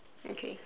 okay